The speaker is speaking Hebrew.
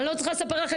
אני לא צריכה לספר לכם.